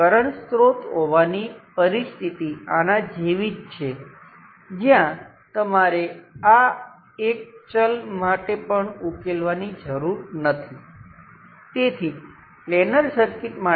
તેથી જો હું આને ફરીથી લખું તો મને આ બધી શાખાઓ અહીં એક બે ત્રણ n 1 એમ મળશે જ્યાં તે છે ત્યાં તેઓ કંઈક કરવા જઈ રહ્યા છે મને ખ્યાલ નથી કે ત્યાં શું છે કારણ કે તે સંકળાયેલ નથી અને આ નોડ અહીં છે